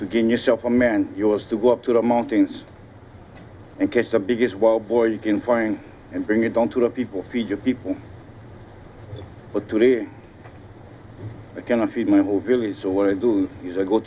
gain yourself a man yours to go up to the mountains and catch the biggest wild boar you can find and bring it down to the people feed your people but today i cannot feed my whole village so what i do i